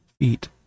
feet